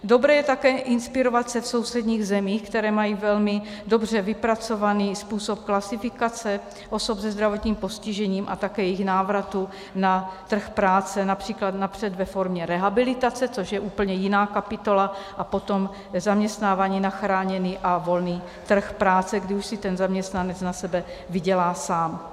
Dobré je se také inspirovat v sousedních zemích, které mají velmi dobře vypracovaný způsob klasifikace osob se zdravotním postižením a také jejich návratu na trh práce, například napřed ve formě rehabilitace, což je úplně jiná kapitola, a potom zaměstnávání na chráněný a volný trh práce, kdy už si ten zaměstnanec na sebe vydělá sám.